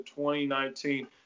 2019